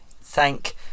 thank